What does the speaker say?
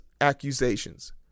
accusations